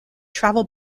travel